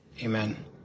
amen